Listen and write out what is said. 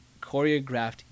choreographed